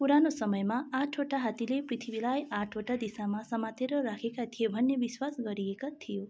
पुरानो समयमा आठवटा हात्तीले पृथिवीलाई आठवटा दिशामा समातेर राखेका थिए भन्ने विश्वास गरिएको थियो